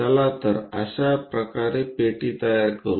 चला तर अशा प्रकारे पेटी तयार करू